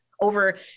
Over